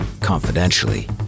confidentially